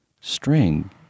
string